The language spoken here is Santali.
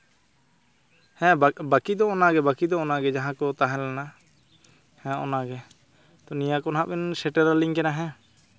ᱦᱮᱸ ᱵᱟᱹᱠᱤ ᱫᱚ ᱚᱱᱟᱜᱮ ᱵᱟᱹᱠᱤ ᱫᱚ ᱚᱱᱟᱜᱮ ᱡᱟᱦᱟᱸ ᱠᱚ ᱛᱟᱦᱮᱸ ᱞᱮᱱᱟ ᱦᱮᱸ ᱚᱱᱟᱜᱮ ᱛᱳ ᱱᱤᱭᱟᱹ ᱠᱚ ᱦᱟᱸᱜ ᱞᱤᱧ ᱥᱮᱴᱮᱨ ᱟᱹᱞᱤᱧ ᱠᱟᱱᱟ ᱦᱮᱸ